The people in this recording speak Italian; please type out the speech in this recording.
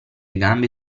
gambe